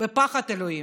ופחד אלוהים.